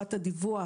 לחובת הדיווח,